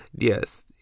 Yes